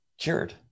Cured